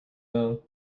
though